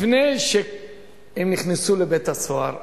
לפני שהם נכנסו לבית-הסוהר,